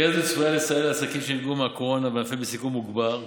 קרן זו צפויה לסייע לעסקים שנפגעו מהקורונה וענפיהם בסיכון מוגבר,